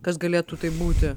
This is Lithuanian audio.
kas galėtų tai būti